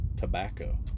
tobacco